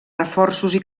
reforços